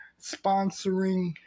sponsoring